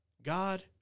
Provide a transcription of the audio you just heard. God